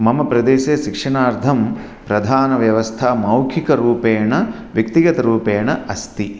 मम प्रदेशे शिक्षणार्थं प्रधान व्यवस्था मौखिकरूपेण व्यक्तिगतरूपेण अस्ति